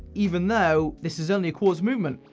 even though this is only a quartz movement.